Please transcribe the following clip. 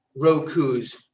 Roku's